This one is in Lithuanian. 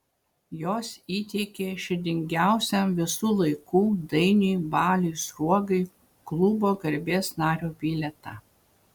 jos įteikė širdingiausiam visų laikų dainiui baliui sruogai klubo garbės nario bilietą